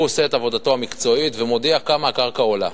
הוא עושה את עבודתו המקצועית ומודיע כמה הקרקע עולה.